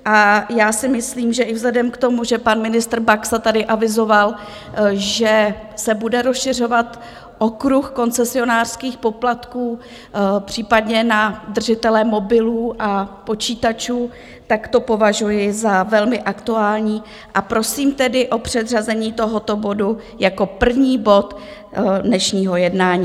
A já si myslím, že i vzhledem k tomu, že pan ministr Baxa tady avizoval, že se bude rozšiřovat okruh koncesionářských poplatků případně na držitele mobilů a počítačů, tak to považuji za velmi aktuální a prosím tedy o předřazení tohoto bodu jako první bod dnešního jednání.